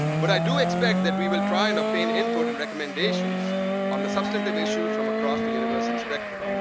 but i do expect that we will try and obtain input and recommendations on the substantive issues from across the university spectrum.